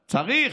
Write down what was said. צריך.